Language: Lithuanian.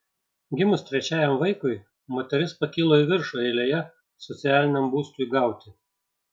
gimus trečiajam vaikui moteris pakilo į viršų eilėje socialiniam būstui gauti